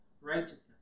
righteousness